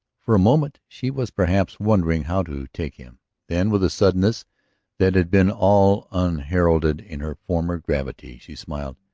for a moment she was perhaps wondering how to take him then with a suddenness that had been all unheralded in her former gravity, she smiled.